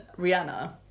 Rihanna